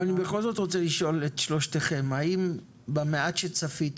אני בכל זאת רוצה לשאול את שלושתכם: האם במעט שצפיתם,